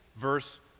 verse